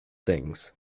things